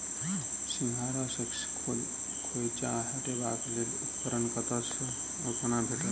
सिंघाड़ा सऽ खोइंचा हटेबाक लेल उपकरण कतह सऽ आ कोना भेटत?